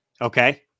Okay